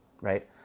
right